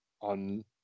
on